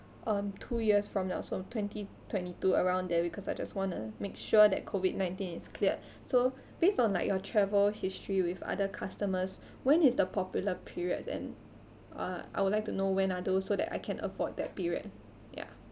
um two years from now so twenty twenty two around there because I just want to make sure that COVID nineteen is cleared so based on like your travel history with other customers when is the popular periods and uh I would like to know when are those so that I can avoid that period yeah